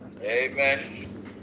Amen